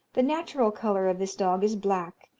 the natural colour of this dog is black,